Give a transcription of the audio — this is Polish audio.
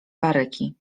baryki